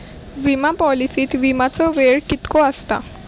विमा पॉलिसीत विमाचो वेळ कीतको आसता?